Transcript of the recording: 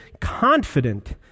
confident